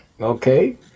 okay